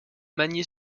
magny